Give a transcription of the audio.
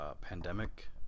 pandemic